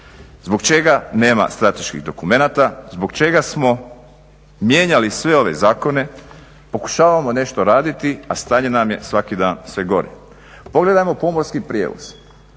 zbog čega nema strateških dokumenata, zbog čega smo mijenjali sve ove zakone, pokušavamo nešto raditi a stanje nam je svaki dan sve gore. Pogledajmo pomorski prijevoz.